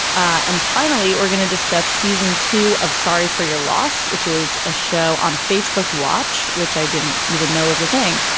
and finally we're going to discuss season two of sorry for your loss which is a show on facebook watch which i didn't even know was a thing.